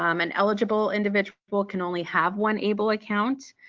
um an eligible individual can only have one able account.